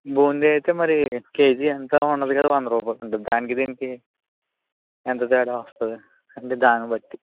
బూందీ అయితే మరి కేజీ ఎంతో ఉండదు కదా వంద రూపాయలు ఉంటుద్ది దానికి దీనికి ఎంత తేడా వస్తుంది అంటే దాన్ని బట్టి